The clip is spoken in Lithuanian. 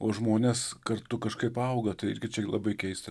o žmonės kartu kažkaip auga tai irgi labai keista